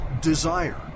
desire